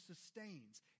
sustains